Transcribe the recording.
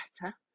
better